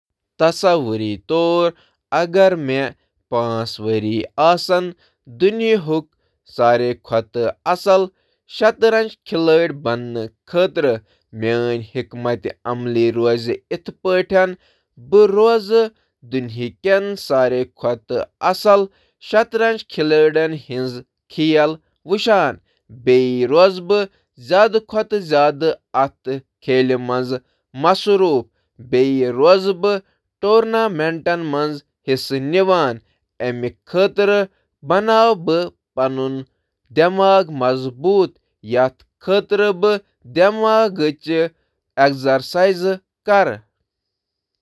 تصور کٔرِو، مےٚ چھِ دُنیاہُک بہتٔریٖن شطرنج کھلٲڑۍ بننہٕ خٲطرٕ پانٛژھ ؤری۔ بہٕ روزٕ عالمی شطرنج کٮ۪ن کھلاڑٮ۪ن درمیان روزان، تہٕ اتھ کھیلَس منٛز گُزٲرِو واریٛاہ وقت تہٕ کَرٕ مُختٔلِف ٹورنامنٹَن منٛز حصہٕ۔